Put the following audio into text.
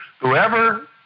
whoever